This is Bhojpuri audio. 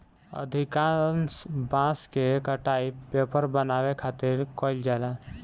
अधिकांश बांस के कटाई पेपर बनावे खातिर कईल जाला